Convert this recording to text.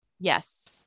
yes